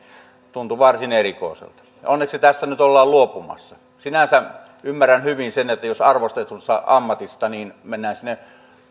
tuntui varsin erikoiselta onneksi tästä nyt ollaan luopumassa sinänsä ymmärrän hyvin sen että jos arvostetusta ammatista mennään sinne